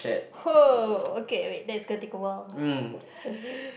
!woah! okay wait that's gonna take a while